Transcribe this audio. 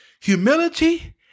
humility